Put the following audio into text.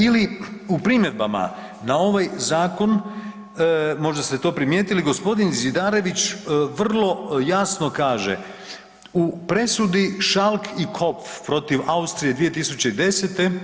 Ili u primjedbama na ovaj zakon, možda ste to primijetili g. Zidarević vrlo jasno kaže u presudi Šalk i Kopf protiv Austrije 2010.